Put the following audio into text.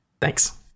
thanks